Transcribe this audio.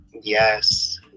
Yes